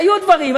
היו דברים,